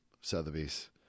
Sotheby's